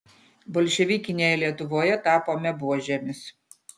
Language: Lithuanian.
bolševikinėje lietuvoje tapome buožėmis